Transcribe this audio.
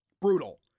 Brutal